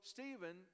Stephen